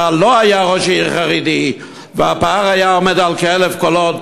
שבה לא היה ראש עיר חרדי והפער היה עומד על כ-1,000 קולות,